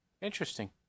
Interesting